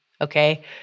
okay